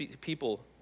people